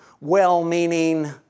well-meaning